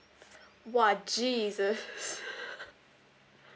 !wah! jesus